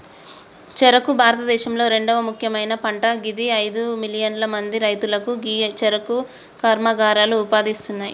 చెఱుకు భారతదేశంలొ రెండవ ముఖ్యమైన పంట గిది అయిదు మిలియన్ల మంది రైతులకు గీ చెఱుకు కర్మాగారాలు ఉపాధి ఇస్తున్నాయి